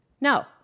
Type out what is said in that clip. No